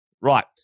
Right